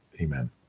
Amen